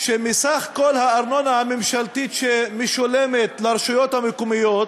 שמסך כל הארנונה הממשלתית שמשולמת לרשויות המקומיות,